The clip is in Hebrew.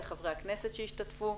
לחברי הכנסת שהשתתפו.